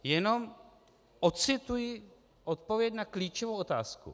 Jenom ocituji odpověď na klíčovou otázku.